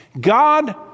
God